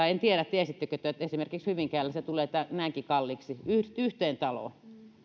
en tiedä tiesittekö te että esimerkiksi hyvinkäällä se tulee näinkin kalliiksi yhteen taloon